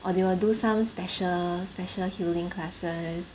or they will do some special special healing classes